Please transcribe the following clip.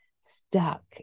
stuck